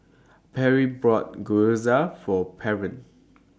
Perry bought Gyoza For Pernell